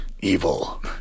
evil